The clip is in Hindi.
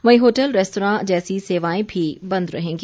वहीं होटल रेस्तरां जैसी सेवाएं भी बंद रहेंगी